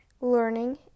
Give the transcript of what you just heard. learning